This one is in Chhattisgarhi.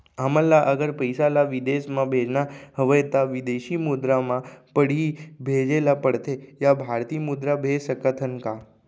हमन ला अगर पइसा ला विदेश म भेजना हवय त विदेशी मुद्रा म पड़ही भेजे ला पड़थे या भारतीय मुद्रा भेज सकथन का?